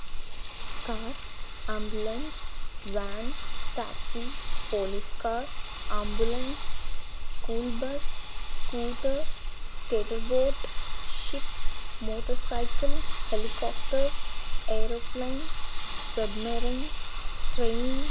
car ambulance van taxi police car ambulance school bus scooter skater board shift motor cycle helicopter aeroplane submarine train